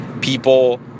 people